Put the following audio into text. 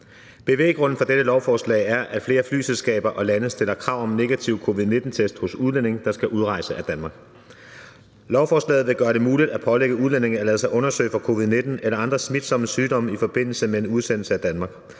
Bevæggrunden for dette lovforslag er, at flere flyselskaber og lande stiller krav om negativ covid-19-test hos udlændinge, der skal udrejse af Danmark. Lovforslaget vil gøre det muligt at pålægge en udlænding at lade sig undersøge for covid-19 eller andre smitsomme sygdomme i forbindelse med en udsendelse af Danmark,